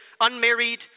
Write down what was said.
unmarried